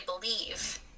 believe